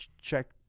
check